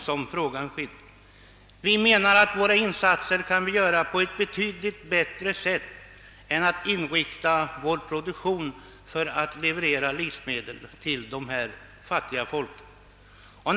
Socialdemokraterna menar att vi kan hjälpa på ett betydligt bättre sätt än att inrikta vår produktion på leverans av livsmedel till de fattiga länderna.